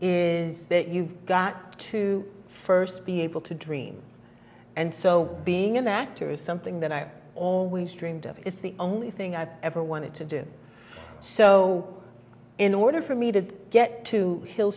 is that you've got to first be able to dream and so being an actor is something that i've always dreamed of it's the only thing i've ever wanted to do so in order for me to get to h